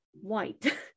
white